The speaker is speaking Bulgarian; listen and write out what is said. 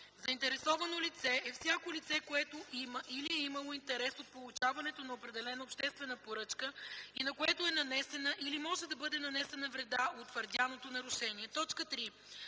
„Заинтересовано лице” е всяко лице, което има или е имало интерес от получаването на определена обществена поръчка и на което е нанесена или може да бъде нанесена вреда от твърдяното нарушение.” 3.